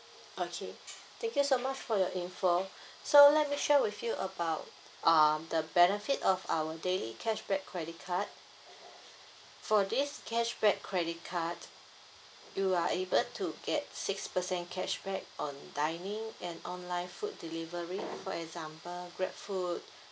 okay thank you so much for your info so let me share with you about um the benefit of our daily cashback credit card for this cashback credit card you are able to get six percent cashback on dining and online food delivery for example grabfood